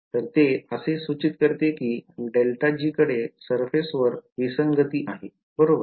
तर ते असे सूचित करते कि ∇g कडे surface वर विसंगती आहे बरोबर